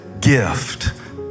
gift